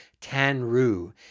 Tanru